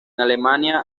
alemania